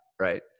right